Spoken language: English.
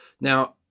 Now